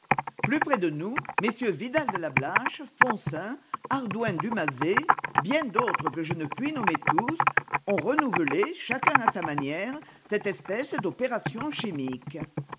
plus près de nous mm vidal de la blache foncin ardouin dumazet bien d'autres que je ne puis nommer tous ont renouvelé chacun à sa manière cette espèce d'opération chimique